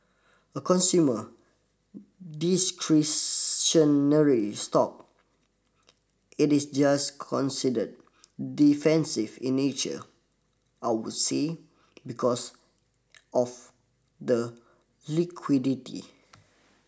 a consumer discretionary stock it is just considered defensive in nature I would say because of the liquidity